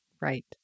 Right